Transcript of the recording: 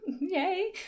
yay